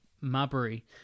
Mabry